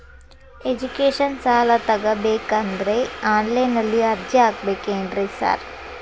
Education ಸಾಲ ತಗಬೇಕಂದ್ರೆ online ನಲ್ಲಿ ಅರ್ಜಿ ಹಾಕ್ಬೇಕೇನ್ರಿ ಸಾರ್?